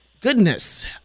goodness